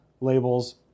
labels